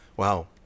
Wow